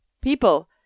people